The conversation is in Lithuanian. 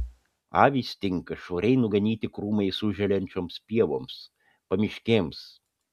avys tinka švariai nuganyti krūmais užželiančioms pievoms pamiškėms